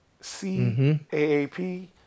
C-A-A-P